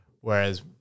Whereas